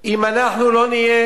אם אנחנו לא נהיה